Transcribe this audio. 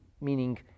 Meaning